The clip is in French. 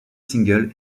singles